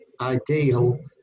ideal